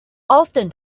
often